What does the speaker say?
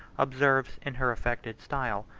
observes, in her affected style,